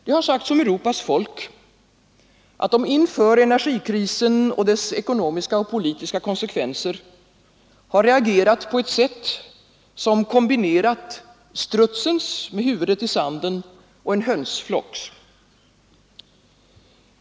Det har sagts om Europas folk att de inför energikrisen och dess ekonomiska och politiska konsekvenser reagerat på ett sätt som kombinerat strutsens — med huvudet i sanden — och en hönsflocks.